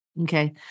Okay